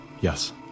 Yes